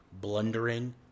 blundering